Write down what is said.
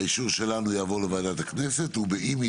האישור שלנו יעבור לוועדת הכנסת ובאם היא